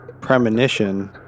premonition